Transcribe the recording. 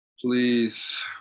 Please